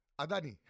Adani